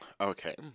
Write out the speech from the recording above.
Okay